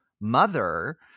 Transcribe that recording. mother